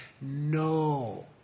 no